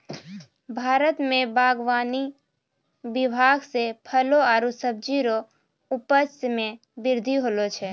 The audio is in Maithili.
भारत मे बागवानी विभाग से फलो आरु सब्जी रो उपज मे बृद्धि होलो छै